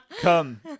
Come